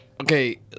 okay